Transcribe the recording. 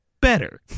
better